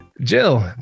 Jill